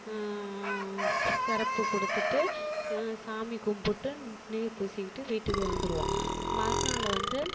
சிறப்பு கொடுத்துட்டு சாமி கும்பிட்டு நீறு பூசிகிட்டு வீட்டுக்கு வந்திடுவோம் மறுநாள் வந்து